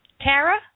Tara